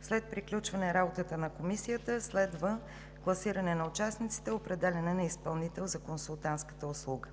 След приключване работата на Комисията следва класиране на участниците и определяне на изпълнител за консултантската услуга.